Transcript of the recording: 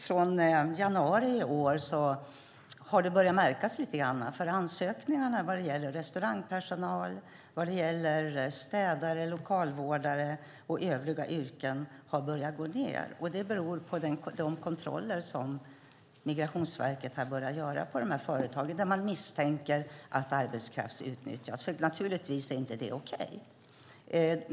Från januari i år har det börjat märkas lite grann. Ansökningarna vad gäller restaurangpersonal, lokalvårdare och övriga yrken har börjat minska. Det beror på de kontroller som Migrationsverket har börjat göra av de företag där man misstänker att arbetskraft utnyttjas, för naturligtvis är det inte okej.